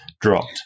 dropped